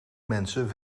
mensen